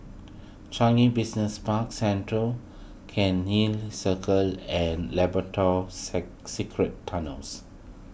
Changi Business Park Central Cairnhill Circle and Labrador Secret Tunnels